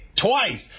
twice